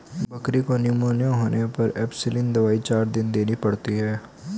बकरी को निमोनिया होने पर एंपसलीन दवाई चार दिन देनी पड़ती है